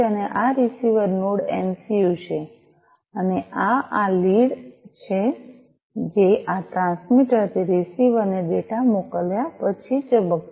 અને આ આ રીસીવર નોડ એમસીયું છે અને આ આ લીડ છે જે આ ટ્રાન્સમીટર થી રીસીવર ને ડેટા મોકલ્યા પછી ઝબકશે